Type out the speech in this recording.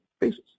basis